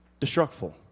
destructful